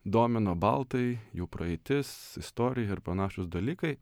domino baltai jų praeitis istorija ir panašūs dalykai